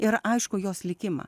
ir aišku jos likimą